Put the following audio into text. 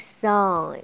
song